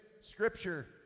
scripture